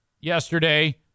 yesterday